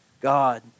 God